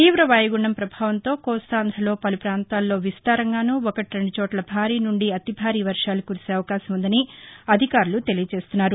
తీవ వాయుగుండం ప్రభావంతో కోస్తాంధలో పలుపాంతాల్లో విస్తారంగానూ ఒకటి రెండుచోట్ల భారీనుండి అతి భారీ వర్షాలు కురిసేఅవకాశం ఉందని అధికారులు తెలియజేస్తున్నారు